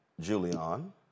Julian